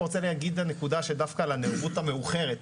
דווקא רוצה להגיע לנקודה של דווקא הנערות המאוחרת.